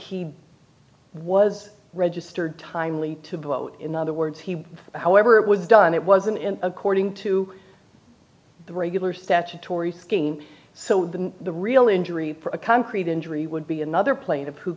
he was registered timely to bloat in other words he however it was done it was in him according to the regular statutory scheme so the real injury for a concrete injury would be another plate of who